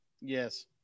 Yes